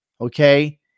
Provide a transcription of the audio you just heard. Okay